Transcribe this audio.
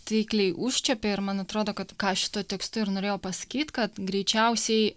taikliai užčiuopei ir man atrodo kad ką šituo tekstu ir norėjau pasakyt kad greičiausiai